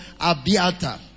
Abiata